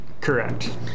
Correct